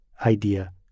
idea